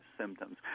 symptoms